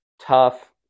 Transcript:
tough